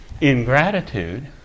ingratitude